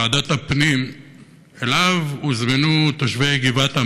בוועדת הפנים שאליו הוזמנו תושבי גבעת עמל,